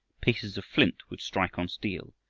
pieces of flint would strike on steel,